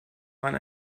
mann